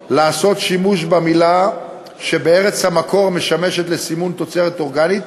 אפשר לעשות שימוש במילה שבארץ המקור משמשת לסימון תוצרת אורגנית